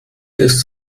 ist